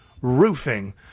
Roofing